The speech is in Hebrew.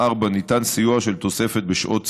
4. ניתן סיוע של תוספת בשעות סיעוד,